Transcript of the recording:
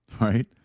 right